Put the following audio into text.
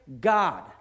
God